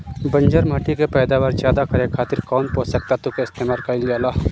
बंजर माटी के पैदावार ज्यादा करे खातिर कौन पोषक तत्व के इस्तेमाल कईल जाला?